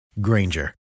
Granger